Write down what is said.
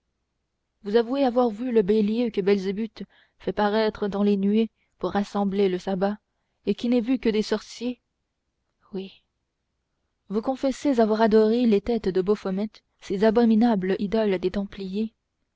vous avouez avoir vu le bélier que belzébuth fait paraître dans les nuées pour rassembler le sabbat et qui n'est vu que des sorciers oui vous confessez avoir adoré les têtes de bophomet ces abominables idoles des templiers